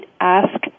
Ask